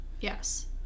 yes